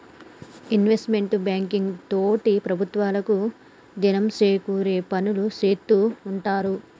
investment banking తోటి ప్రభుత్వాలకు దినం సేకూరే పనులు సేత్తూ ఉంటారు